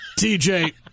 TJ